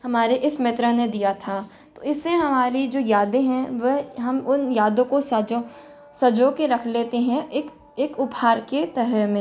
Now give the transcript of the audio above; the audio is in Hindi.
हमारे इस मित्र ने दिया था तो इससे हमारी जो यादें हैं वह हम उन यादों को सज़ों सज़ों के रख लेते हैं एक एक उपहार के तरह में